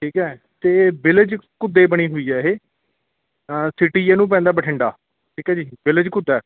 ਠੀਕ ਹੈ ਅਤੇ ਵਿਲੇਜ ਘੁੱਡੇ ਬਣੀ ਹੋਈ ਹੈ ਇਹ ਤਾਂ ਸਿਟੀ ਇਹਨੂੰ ਪੈਂਦਾ ਬਠਿੰਡਾ ਠੀਕ ਹੈ ਜੀ ਵਿਲੇਜ ਘੁੱਡਾ